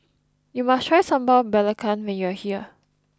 you must try Sambal Belacan when you are here